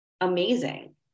amazing